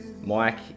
Mike